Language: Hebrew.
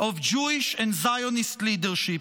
of Jewish and Zionist leadership.